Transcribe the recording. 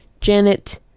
Janet